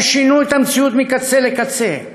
הם שינו את המציאות מקצה לקצה.